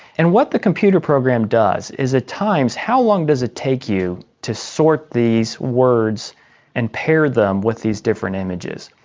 and what the computer program does is it times how long does it take you to sort these words and pair them with these different images.